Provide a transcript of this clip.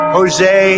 Jose